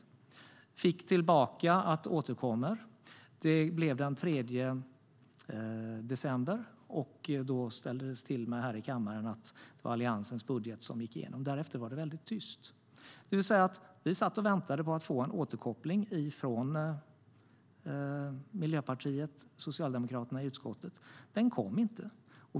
Jag fick veta att de skulle återkomma. Vi satt och väntade på att få en återkoppling från Miljöpartiet och Socialdemokraterna i utskottet. Den kom inte.